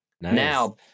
now